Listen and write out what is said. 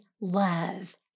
love